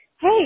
hey